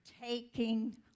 taking